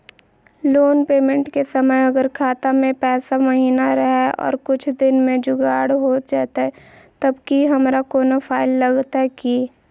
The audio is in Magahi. लोन पेमेंट के समय अगर खाता में पैसा महिना रहै और कुछ दिन में जुगाड़ हो जयतय तब की हमारा कोनो फाइन लगतय की?